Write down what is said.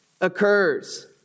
occurs